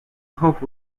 hope